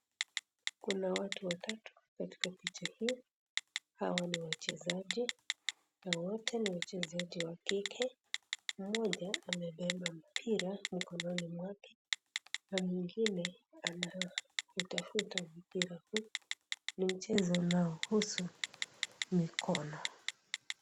Kuna watu watatu katika picha hii, hawa ni wachezaji, na wote ni wachezaji wa kike. Mmoja amebeba mpira, mikononi mwake. Na mwingine anautafuta mpira huu, ni mchezo unaohusu mikono.